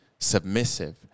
Submissive